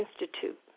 institute